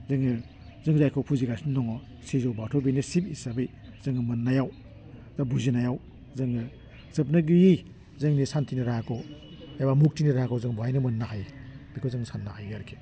जोङो जों जायखौ फुजिगासिनो दङ सिजौ बाथौ बेनो शिब हिसाबै जोङो मोन्नायाव बा बुजिनायाव जोङो जोबनो गोयै जोंनि सान्तिनि राहाखौ एबा मुक्तिनि राहाखौ जों बाहायनो मोन्नो हायो बेखौ जों सान्नो हायो आरोखि